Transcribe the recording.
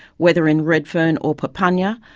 whether in redfern or papunya,